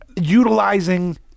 utilizing